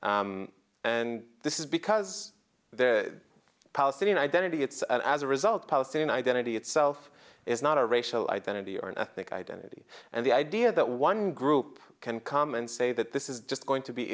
d and this is because their palestinian identity it's as a result palestinian identity itself is not a racial identity or an ethnic identity and the idea that one group can come and say that this is just going to be